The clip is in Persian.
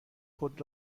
خود